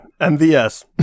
MVS